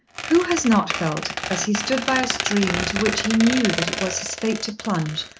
who has not felt, as he stood by a stream into which he knew that it was his fate to plunge,